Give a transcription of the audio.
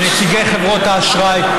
כנציגי חברות האשראי,